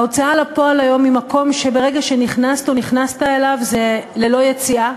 ההוצאה לפועל היום היא מקום שברגע שנכנסתְ או נכנסתָ אליו זה ללא יציאה.